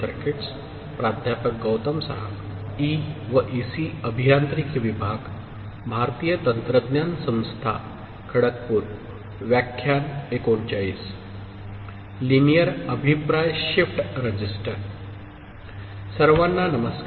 सर्वांना नमस्कार